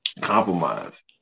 Compromise